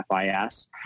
FIS